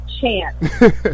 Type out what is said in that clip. chance